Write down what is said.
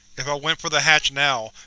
if i went for the hatch now,